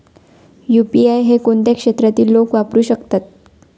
UPI हे कोणत्या क्षेत्रातील लोक वापरू शकतात?